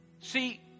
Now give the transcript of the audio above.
See